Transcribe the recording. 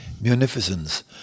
munificence